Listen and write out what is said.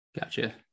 Gotcha